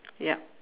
yup